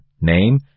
name